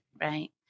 right